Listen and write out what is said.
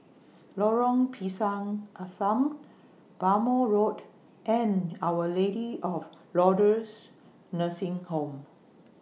Lorong Pisang Asam Bhamo Road and Our Lady of Lourdes Nursing Home